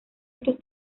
estos